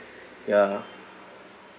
ya